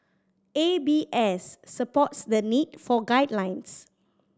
A B S supports the need for guidelines